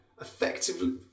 effectively